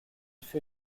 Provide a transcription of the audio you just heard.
fut